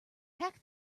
pack